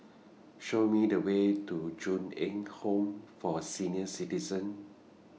Show Me The Way to Ju Eng Home For Senior Citizens